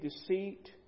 deceit